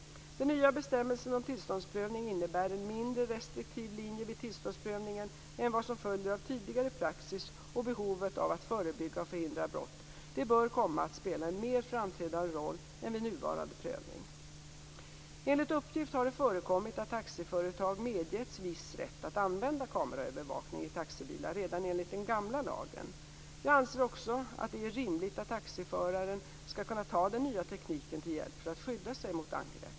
Den nya bestämmelsen om tillståndsprövning innebär en mindre restriktiv linje vid tillståndsprövningen än vad som följer av tidigare praxis, och behovet av att förebygga och förhindra brott bör komma att spela en mer framträdande roll än vid nuvarande prövning. Enligt uppgift har det förekommit att taxiföretag medgetts viss rätt att använda kameraövervakning i taxibilar redan enligt den gamla lagen. Jag anser också att det är rimligt att taxiförare skall kunna ta den nya tekniken till hjälp för att skydda sig mot angrepp.